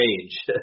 change